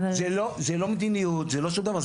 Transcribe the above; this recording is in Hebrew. זה לא מדיניות זה לא שום דבר,